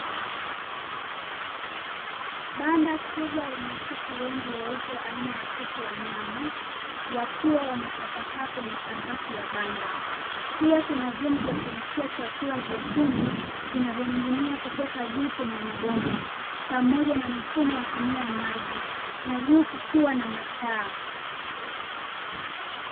Banda kubwa lenye kuku wengi weupe aina ya kuku wa nyama, wakiwa wametapakaa kwenye sakafu ya banda. Pia kuna vyombo vya kulishia chakula vyekundu vinavyoning'inia kutoka juu kwenye mabomba, pamoja na mifumo ya kunywea maji, na juu kukiwa na mataa.